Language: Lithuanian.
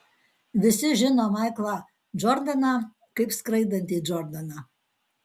visi žino maiklą džordaną kaip skraidantį džordaną